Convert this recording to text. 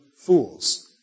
fools